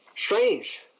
Strange